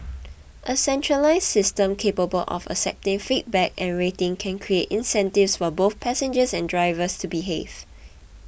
a centralised system capable of accepting feedback and rating can create incentives for both passengers and drivers to behave